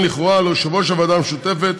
לכן לכאורה על יושב-ראש הוועדה המשותפת